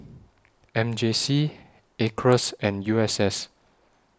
M J C Acres and U S S